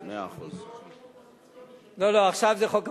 לא לא, עכשיו זה חוק הבנקאות.